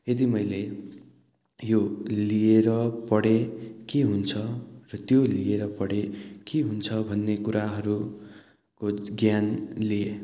यदि मैले यो लिएर पढेँ के हुन्छ र त्यो लिएर पढेँ के हुन्छ भन्ने कुराहरूको ज्ञान लिएँ